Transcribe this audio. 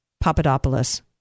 Papadopoulos